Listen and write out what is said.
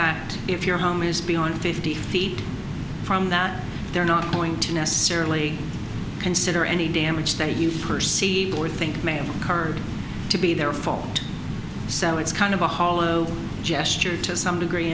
fact if your home is beyond fifty feet from that they're not going to necessarily consider any damage that you perceive or think may have occurred to be their fault cell it's kind of a hollow gesture to some degree